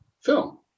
film